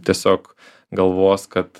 tiesiog galvos kad